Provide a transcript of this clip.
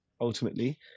ultimately